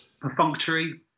Perfunctory